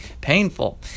painful